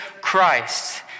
Christ